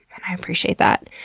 i appreciate that.